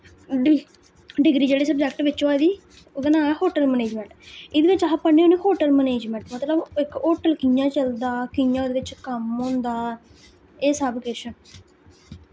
D degree जेह्ड़े subject बिच्च होआ दी ओह्दा नांऽ ऐ होटल मनेजमैंट इ'दे बिच्च अस पढ़ने होन्ने होटल मनेजमैंट मतलब इक होटल कि'यां चलदा कि'यां ओह्दे बिच्च कम्म होंदा एह् सब किश